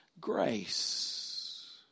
grace